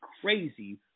crazy